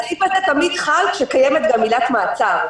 הסעיף הזה תמיד חל כשקיימת מילה "מעצר".